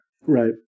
Right